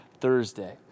Thursday